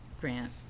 grant